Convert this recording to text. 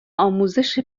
آموزش